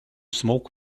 smoke